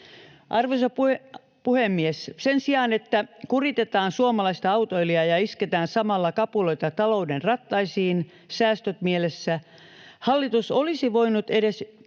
Arvoisa puhemies! Sen sijaan, että kuritetaan suomalaista autoilijaa ja isketään samalla kapuloita talouden rattaisiin säästöt mielessä, hallitus olisi voinut edes